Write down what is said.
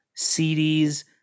CDs